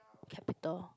capital